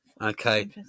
Okay